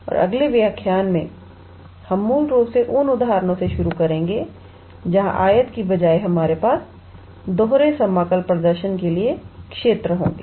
और अगले व्याख्यान में हम मूल रूप से उन उदाहरणों से शुरू करेंगे जहां आयत के बजाय हमारे पास दोहरे समाकल प्रदर्शन करने के लिए क्षेत्र होंगे